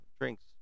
drinks